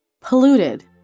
Polluted